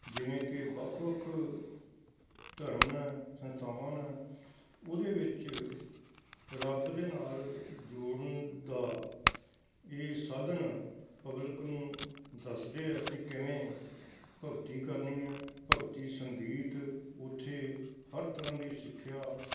ਜਿਵੇਂ ਕਿ ਵੱਖ ਵੱਖ ਧਰਮ ਨੇ ਸੰਸਥਾਵਾਂ ਨੇ ਉਹਦੇ ਵਿੱਚ ਰੱਬ ਦੇ ਨਾਲ ਜੁੜਨ ਦਾ ਇਹ ਸਾਧਨ ਪਬਲਿਕ ਨੂੰ ਦੱਸਦੇ ਹੈ ਵੀ ਕਿਵੇਂ ਭਗਤੀ ਕਰਨੀ ਹੈ ਭਗਤੀ ਸੰਗੀਤ ਉੱਥੇ ਹਰ ਤਰ੍ਹਾਂ ਦੀ ਸਿੱਖਿਆ